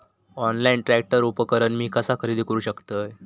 Online tractor उपकरण मी कसा खरेदी करू शकतय?